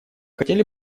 хотели